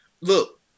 look